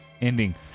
ending